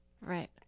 Right